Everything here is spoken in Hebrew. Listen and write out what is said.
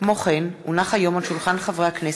שמעון אוחיון,